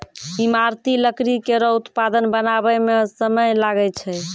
ईमारती लकड़ी केरो उत्पाद बनावै म समय लागै छै